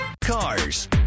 cars